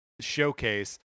showcase